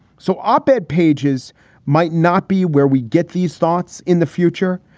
so op ed pages might not be where we get these thoughts in the future.